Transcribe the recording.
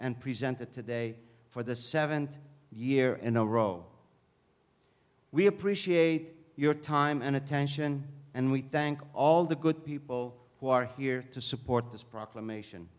and presented today for the seventh year in a row we appreciate your time and attention and we thank all the good people who are here to support this proclamation